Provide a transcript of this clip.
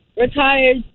retired